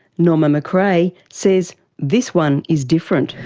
norma mcrae says this one is different.